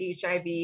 HIV